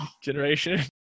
generation